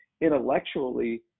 intellectually